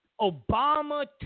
Obama